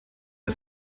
der